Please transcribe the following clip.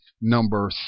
number